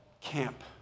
camp